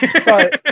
sorry